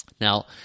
Now